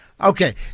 Okay